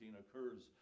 occurs